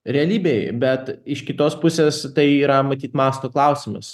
realybėj bet iš kitos pusės tai yra matyt masto klausimas